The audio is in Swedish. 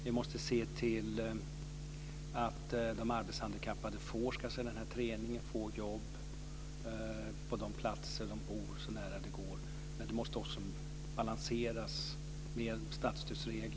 Vi måste se till att de arbetshandikappade får den här träningen och att de får jobb så nära de platser där de bor som möjligt. Men det här måste också balanseras med statsstödsregler.